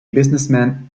businessman